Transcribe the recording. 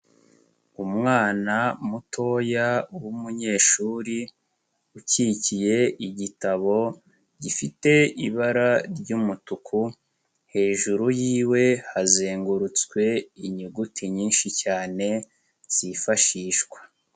Umwana mutoya w'umunyeshuri ukikiye igitabo, gifite ibara ry'umutuku, hejuru y'iwe hazengurutswe inyuguti nyinshi cyane zifashishwa.